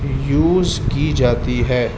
use کی جاتی ہے